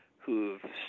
who've